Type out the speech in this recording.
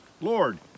Lord